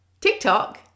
TikTok